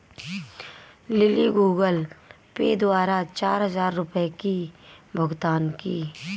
lily Google Pay द्वारा चार हजार रुपए की भुगतान की